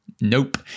nope